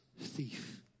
thief